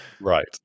Right